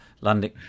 landing